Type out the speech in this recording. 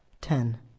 Ten